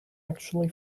actually